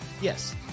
Yes